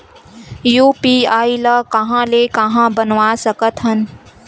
UPI ल कहां ले कहां ले बनवा सकत हन?